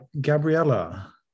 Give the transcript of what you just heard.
Gabriella